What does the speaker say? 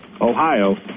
Ohio